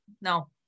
no